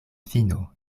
fino